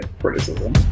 Criticism